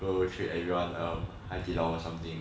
go treat everyone Haidilao or something